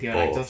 oh